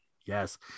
Yes